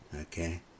okay